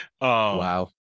Wow